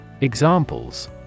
examples